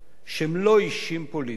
שהם לא אישים פוליטיים,